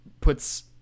puts